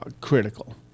Critical